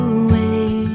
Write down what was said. away